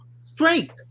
Straight